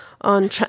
on